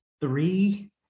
three